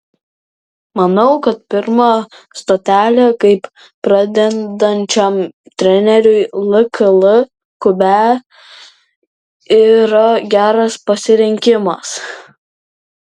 manau kad pirma stotelė kaip pradedančiam treneriui lkl klube yra geras pasirinkimas